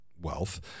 wealth